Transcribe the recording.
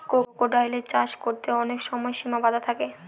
ক্রোকোডাইলের চাষ করতে অনেক সময় সিমা বাধা থাকে